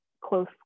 close